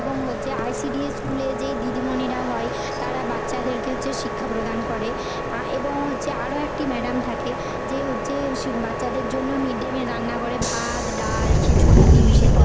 এবং হচ্ছে আইসিডিএস স্কুলে যেই দিদিমনিরা হয় তারা বাচ্চাদেরকে হচ্ছে শিক্ষা প্রদান করে এবং হচ্ছে আরও একটি ম্যাডাম থাকে যে হচ্ছে সেই বাচ্চাদের জন্য মিড ডে মিল রান্না করে ভাত ডাল খিচুড়ি ডিম সেদ্ধ